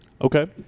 Okay